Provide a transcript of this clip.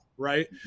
right